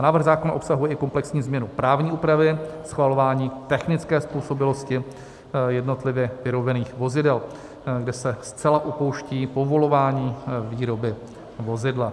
Návrh zákona obsahuje i komplexní změnu právní úpravy schvalování technické způsobilosti jednotlivě vyrobených vozidel, kde se zcela opouští povolování výroby vozidla.